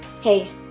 Hey